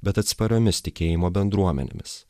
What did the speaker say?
bet atspariomis tikėjimo bendruomenėmis